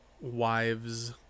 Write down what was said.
wives